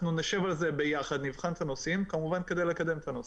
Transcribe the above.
נשב על זה ביחד ונבחן את הנושאים כדי לקדם את הנושא.